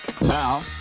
now